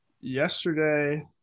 yesterday –